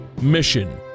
Mission